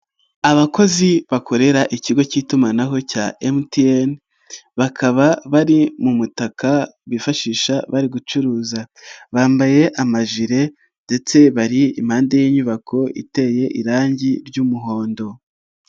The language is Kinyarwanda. Abakozi bakorera ikigo k'itumanaho cya mtn bakaba bari mu mu mutaka bifashisha bari gucuruza bambaye amajire ndetse bari impande y'inyubako iteye irangi ry'umuhondo.